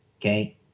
Okay